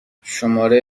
شماره